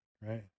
right